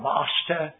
Master